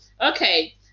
Okay